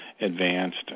advanced